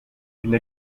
une